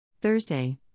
Thursday